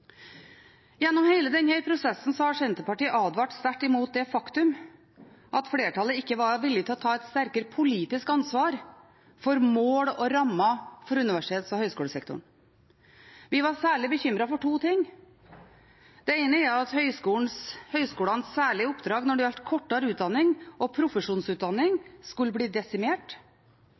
Gjennom hele denne prosessen har Senterpartiet advart sterkt mot det faktum at flertallet ikke var villig til å ta et sterkere politisk ansvar for mål og rammer for universitets- og høyskolesektoren. Vi var særlig bekymret for to ting. Det ene var at høyskolenes særlige oppdrag når det gjaldt kortere utdanning og profesjonsutdanning, skulle bli desimert.